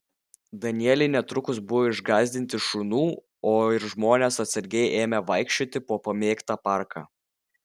danieliai netrukus buvo išgąsdinti šunų o ir žmonės atsargiai ėmė vaikščioti po pamėgtą parką